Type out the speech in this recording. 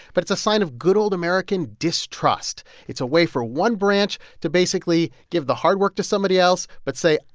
but it's a sign of good old american distrust. it's a way for one branch to basically give the hard work to somebody else but say,